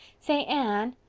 say, anne,